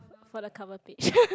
for the cover page